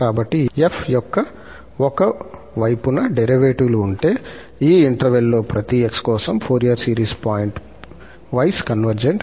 కాబట్టి 𝑓 యొక్క ఒక వైపున డెరివేటివ్ లు ఉంటే ఈ ఇంటర్వెల్ లోప్రతి 𝑥 కోసం Fourier series pointwise convergent